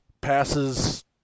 passes